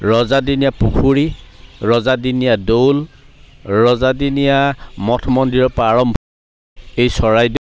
ৰজাদিনীয়া পুখুৰী ৰজাদিনীয়া দৌল ৰজাদিনীয়া মঠ মন্দিৰৰ পৰা আৰম্ভ এই চৰাইদেউ